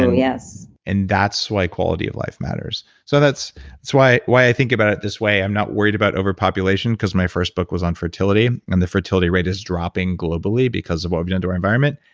and and that's why quality of life matters. so that's that's why why i think about it this way. i'm not worried about overpopulation, because my first book was on fertility. and the fertility rate is dropping globally because of what we've done to our environment.